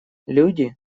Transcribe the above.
люди